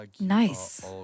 nice